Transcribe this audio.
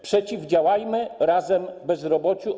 Przeciwdziałajmy razem bezrobociu.